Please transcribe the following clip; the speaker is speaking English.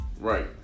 Right